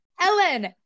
ellen